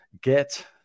get